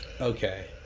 okay